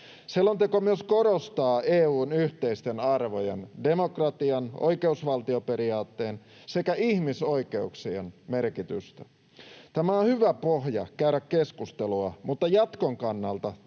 Selonteko myös korostaa EU:n yhteisten arvojen — demokratian, oikeusvaltioperiaatteen sekä ihmisoikeuksien — merkitystä. Tämä on hyvä pohja käydä keskustelua, mutta jatkon kannalta